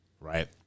Right